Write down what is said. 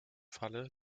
falle